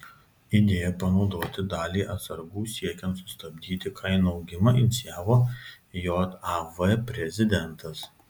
idėją panaudoti dalį atsargų siekiant sustabdyti kainų augimą inicijavo jav prezidentas